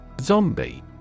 Zombie